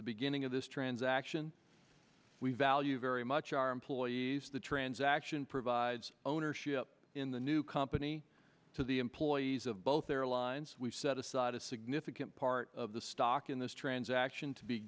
the beginning of this transaction we value very much our employees the transaction provides ownership in the new company to the employees of both airlines we set aside a significant part of the stock in this transaction to be